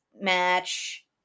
match